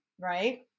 right